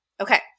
Okay